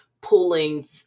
pulling